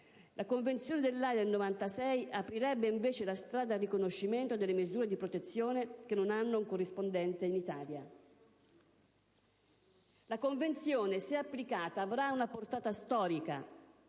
la Convenzione dell'Aja del 1996 aprirebbe, invece, la strada al riconoscimento delle misure di protezione che non hanno un corrispondente in Italia. La Convenzione, se applicata, avrà una portata storica